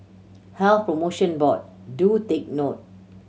Health Promotion Board do take note